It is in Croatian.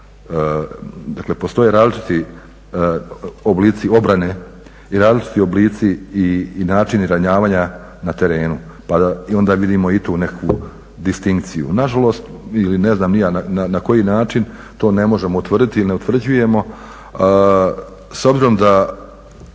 dakle postoje različiti oblici obrane i različiti oblici i načini ranjavanja na terenu i onda vidimo i tu nekakvu distinkciju. Nažalost ili ne znam ni ja na koji način to ne možemo utvrditi i ne utvrđujemo s obzirom da